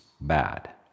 bad